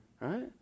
right